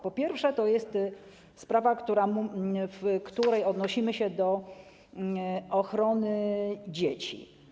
Po pierwsze, to jest sprawa, w której odnosimy się do ochrony dzieci.